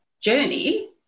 journey